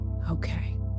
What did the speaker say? okay